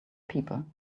people